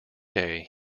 day